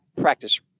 practice